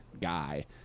guy